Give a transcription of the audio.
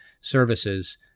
services